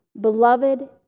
beloved